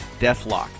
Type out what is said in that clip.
Deathlock